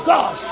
God